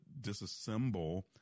disassemble